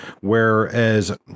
whereas